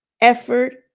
effort